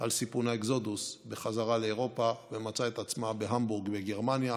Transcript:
על סיפון האקסודוס בחזרה לאירופה ומצאה את עצמה בהמבורג בגרמניה,